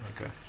okay